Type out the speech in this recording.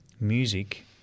music